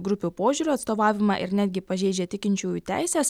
grupių požiūrių atstovavimą ir netgi pažeidžia tikinčiųjų teises